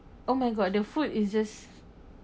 oh my god the food is just